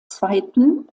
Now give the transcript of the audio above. zweiten